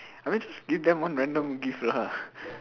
I mean just give them one random gift lah